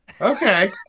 Okay